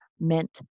meant